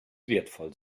wertvoll